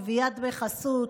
גביית דמי חסות,